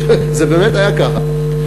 זה באמת היה ככה.